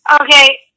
Okay